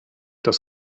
das